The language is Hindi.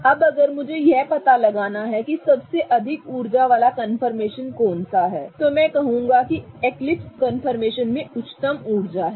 अब अगर मुझे यह पता लगाना है कि सबसे अधिक ऊर्जा वाला कन्फर्मेशन कौन सा है तो मैं कहूंगा कि एक्लिप्स कंफर्मेशन में उच्चतम ऊर्जा है